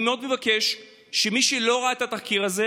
אני מאוד מבקש שמי שלא ראה את התחקיר הזה